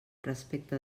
respecte